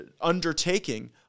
undertaking